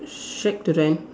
shack to rent